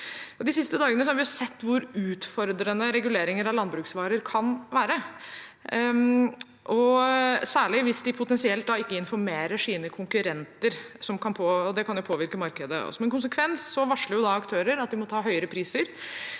De siste dagene har vi sett hvor utfordrende regulering av landbruksvarer kan være, særlig hvis de potensielt ikke informerer sine konkurrenter. Det kan jo påvirke markedet. Som en konsekvens varsler aktører at de må ta høyere priser,